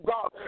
God